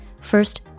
First